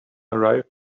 arrived